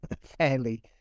fairly